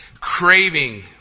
craving